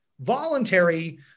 voluntary